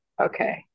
Okay